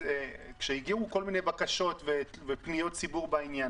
כשהגיעו כל מיני בקשות ופניות ציבור בעניין